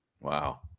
Wow